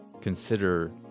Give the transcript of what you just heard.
consider